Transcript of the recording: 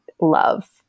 love